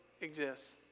exists